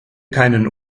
keinen